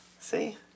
See